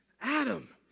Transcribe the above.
Adam